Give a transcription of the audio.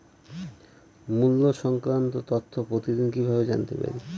মুল্য সংক্রান্ত তথ্য প্রতিদিন কিভাবে জানতে পারি?